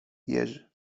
jerzy